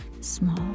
small